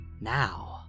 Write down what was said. now